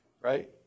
right